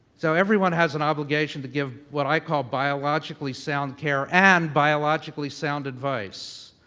so, everyone has an obligation to give, what i call, biologically-sound care and biologically-sound advice.